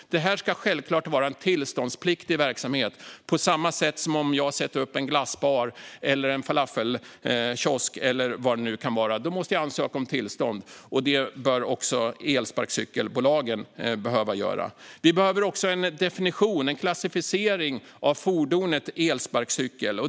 Det ska självklart vara tillståndspliktig verksamhet, på samma sätt som om jag sätter upp en glassbar, falafelkiosk eller vad det nu kan vara. Då måste jag ansöka om tillstånd. Det bör också elsparkcykelbolagen behöva göra. Det behövs också en definition, en klassificering, av fordonet elsparkcykel.